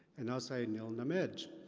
and i'll say neel-namij.